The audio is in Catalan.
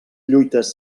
lluites